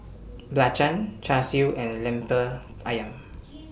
Belacan Char Siu and Lemper Ayam